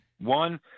one